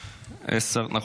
צודק.